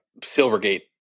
Silvergate